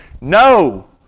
no